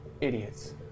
idiots